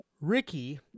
Ricky